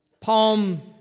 palm